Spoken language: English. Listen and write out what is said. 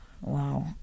Wow